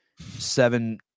seven